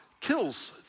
kills